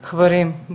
חברים,